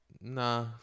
Nah